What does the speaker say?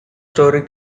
story